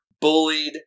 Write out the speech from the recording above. bullied